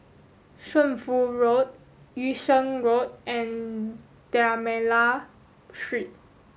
Shunfu Road Yung Sheng Road and D'almeida Street